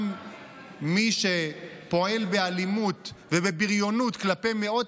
גם מי שפועל באלימות ובבריונות כלפי מאות